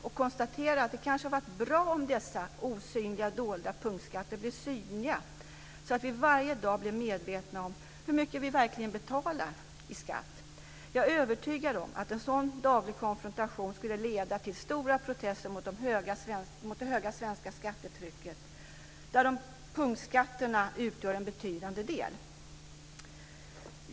Jag konstaterar bara att det hade kanske varit bra om dessa osynliga, dolda punktskatter blev synliga så att vi varje dag blev medvetna om hur mycket vi verkligen betalar i skatt. Jag är övertygad om att en sådan daglig konfrontation skulle leda till stora protester mot det höga svenska skattetrycket där punktskatterna utgör en betydande del.